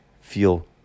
feel